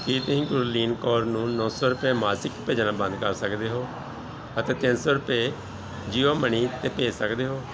ਕੀ ਤੁਸੀਂ ਗੁਰਲੀਨ ਕੌਰ ਨੂੰ ਨੌਂ ਸੌ ਰੁਪਏ ਮਾਸਿਕ ਭੇਜਣਾ ਬੰਦ ਕਰ ਸਕਦੇ ਹੋ ਅਤੇ ਤਿੰਨ ਸੌ ਰੁਪਏ ਜੀਓ ਮਨੀ 'ਤੇ ਭੇਜ ਸਕਦੇ ਹੋ